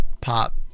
pop